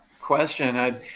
question